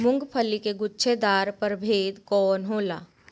मूँगफली के गुछेदार प्रभेद कौन होला?